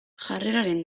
jarreraren